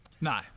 No